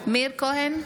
מאיר כהן,